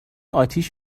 آتیش